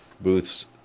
booths